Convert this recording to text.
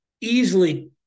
easily